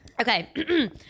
Okay